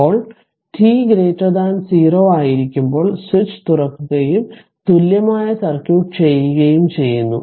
ഇപ്പോൾ t 0 ആയിരിക്കുമ്പോൾ switch തുറക്കുകയും തുല്യമായ സർക്യൂട്ട് ചെയ്യുകയും ചെയ്യുന്നു